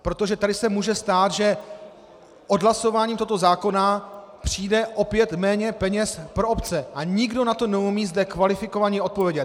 Protože tady se může stát, že odhlasováním tohoto zákona přijde opět méně peněz pro obce, a nikdo na to neumí zde kvalifikovaně odpovědět.